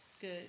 Good